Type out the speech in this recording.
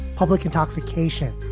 public intoxication,